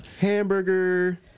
hamburger